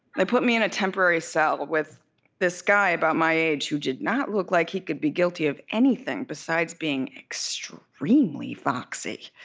they put me in a temporary cell with this guy about my age who did not look like he could be guilty of anything besides being extremely foxy.